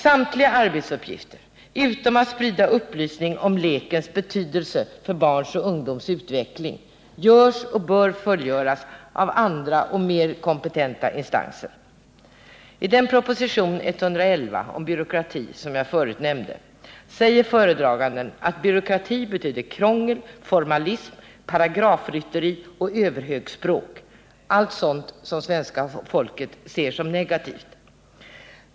Samtliga arbetsuppgifter, utom att sprida upplysning om lekens betydelse för barns och ungdomars utveckling, fullgörs och bör fullgöras av andra och mer kompetenta instanser. I den proposition om byråkrati, nr 111, som jag förut nämnde, säger föredraganden att byråkrati betyder krångel, formalism, paragrafrytteri och överhetsspråk — allt sådant som svenska folket ser som negativt.